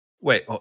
Wait